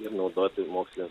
ir naudoti moksle